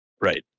right